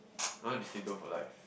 don't want be sake of a life